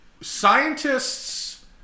Scientists